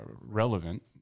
relevant